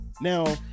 Now